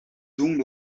dum